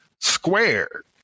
squared